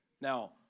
Now